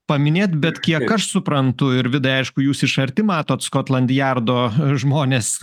paminėt bet kiek aš suprantu ir vidai aišku jūs iš arti matot skotlandjardo žmonės